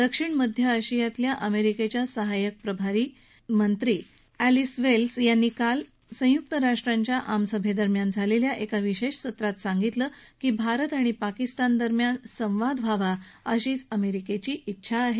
दक्षिण आणि मध्य आशियातल्या अमेरिकेच्या सहाय्यक प्रभारी सचिव अर्विस वेल्स यांनी काल संयुक राष्ट्रांच्या आमसभे दरम्यान झालेल्या एका विशेष सत्रात सांगितलं की भारत आणि पाकिस्तानात संवाद व्हावा अशीच अमेरिकेची इच्छा आहे